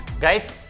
Guys